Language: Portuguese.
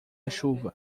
chuva